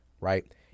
right